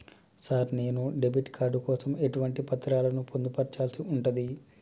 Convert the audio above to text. Sir నేను debit card కోసం ఎటువంటి పత్రాలను పొందుపర్చాల్సి ఉంటది?